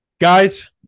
Guys